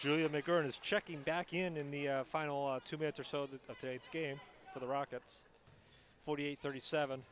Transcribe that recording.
is checking back in in the final two minutes or so the updates game for the rockets forty eight thirty seven